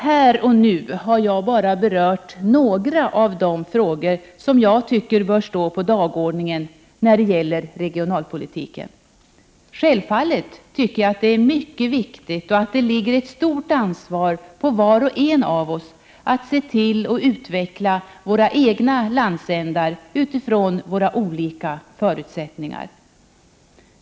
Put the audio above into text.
Här och nu har jag bara berört några av de frågor som jag tycker bör stå på dagordningen när det gäller regionalpolitiken. Självfallet tycker jag det är mycket viktigt och att det ligger ett stort ansvar på var och en av oss att se till och att utveckla våra egna landsändar utifrån våra olika förutsättningar.